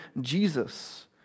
Jesus